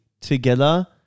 together